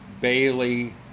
Bailey